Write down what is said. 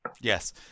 Yes